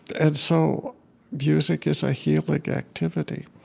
and so music is a healing activity.